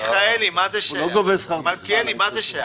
מיכאלי, מה זה שייך?